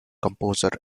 composer